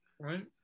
Right